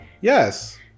Yes